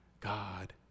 God